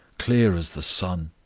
clear as the sun,